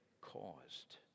caused